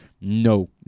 No